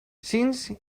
since